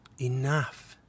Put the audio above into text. enough